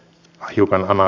rjukan oma